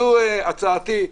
זו הצעתי.